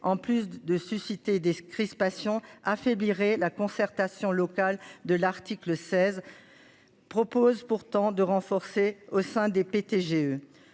en plus de susciter des crispations affaiblirait la concertation locale de l'article 16. Proposent pourtant de renforcer au sein des PDG.